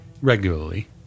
regularly